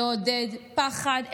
לעודד פחד,